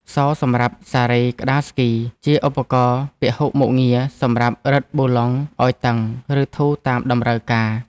សោសម្រាប់សារ៉េក្ដារស្គី ជាឧបករណ៍ពហុមុខងារសម្រាប់រឹតប៊ូឡុងឱ្យតឹង ឬធូរតាមតម្រូវការ។